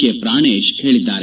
K Pranesh ಹೇಳಿದ್ದಾರೆ